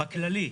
בכללי,